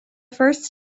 first